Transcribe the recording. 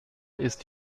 ist